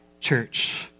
church